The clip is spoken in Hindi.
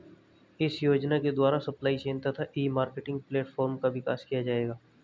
इस योजना के द्वारा सप्लाई चेन तथा ई मार्केटिंग प्लेटफार्म का विकास किया जाएगा